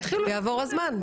יעבור הזמן.